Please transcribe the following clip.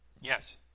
Yes